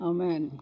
Amen